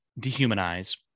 dehumanize